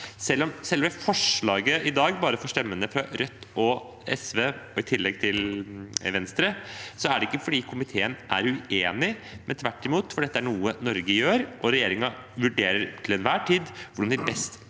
selve forslaget i dag bare får stemmene fra Rødt og SV i tillegg til Venstre, er det ikke fordi komiteen er uenig – tvert imot. Dette er noe Norge gjør, og regjeringen vurderer til enhver tid hvordan de best